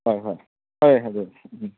ꯍꯣꯏ ꯍꯣꯏ ꯐꯔꯦ ꯑꯗꯨꯗꯤ ꯎꯝ